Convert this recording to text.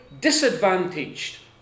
disadvantaged